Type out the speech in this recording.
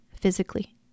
physically